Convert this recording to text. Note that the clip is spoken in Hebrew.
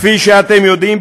כפי שאתם יודעים,